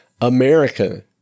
America